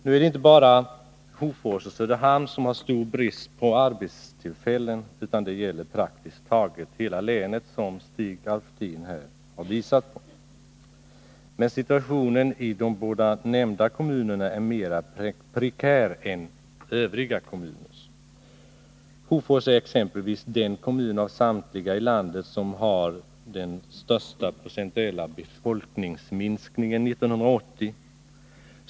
Nu är det inte bara Hofors och Söderhamn som har stor brist på arbetstillfällen, utan detta gäller praktiskt taget hela länet, som Stig Alftin här har visat. Men situationen i de båda nämnda kommunerna är mera prekär än i övriga. Hofors är exempelvis den kommun av samtliga i landet som haft den största procentuella befolkningsminskningen 1980.